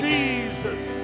Jesus